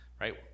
right